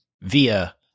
via